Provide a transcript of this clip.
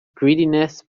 greediness